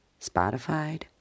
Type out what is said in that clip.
Spotify